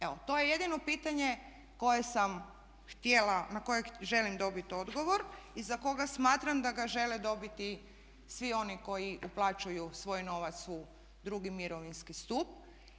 Evo to je jedino pitanje koje sam htjela, na koje želim dobit odgovor i za koga smatram da ga žele dobiti svi oni koji uplaćuju svoj novac u drugi mirovinski stup.